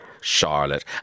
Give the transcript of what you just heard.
Charlotte